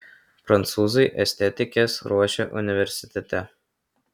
prancūzai estetikes ruošia universitete